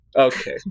Okay